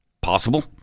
Possible